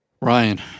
Ryan